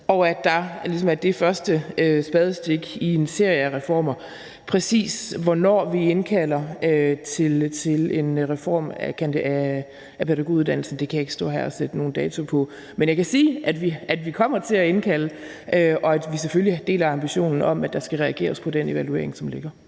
ligesom er det første spadestik til en serie af reformer. Præcis hvornår vi indkalder til en reform af pædagoguddannelsen, kan jeg ikke stå her og sætte nogen dato på. Men jeg kan sige, at vi kommer til at indkalde, og at vi selvfølgelig deler ambitionen om, at der skal reageres på den evaluering, som ligger.